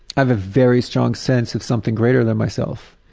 i have a very strong sense of something greater than myself.